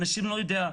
אנשים לא יודעים